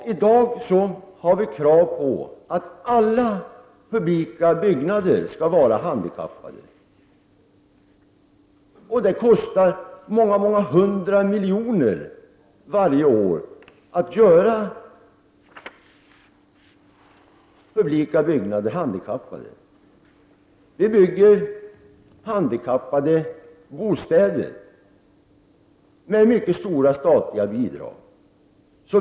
Vi har i dag krav på att alla publika byggnader skall vara handikappanpassade. Det kostar många hundra miljoner varje år att göra publika byggnader anpassade för handikappade. Vi bygger bostäder för handikappade med mycket stora statliga bidrag.